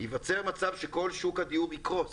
ייווצר מצב שכל שוק הדיור יקרוס.